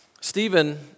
Stephen